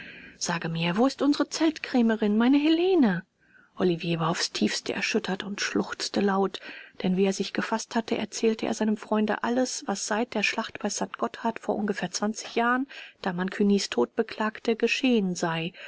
sage mir wo ist unsere zeltkrämerin meine helene olivier war aufs tiefste erschüttert und schluchzte laut dann wie er sich gefaßt hatte erzählte er seinem freunde alles was seit der schlacht bei st gotthard vor ungefähr zwanzig jahren da man cugnys tod beklagte geschehen sei